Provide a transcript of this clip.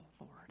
Lord